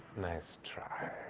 nice try.